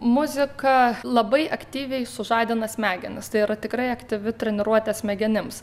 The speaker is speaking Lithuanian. muzika labai aktyviai sužadina smegenis tai yra tikrai aktyvi treniruotė smegenims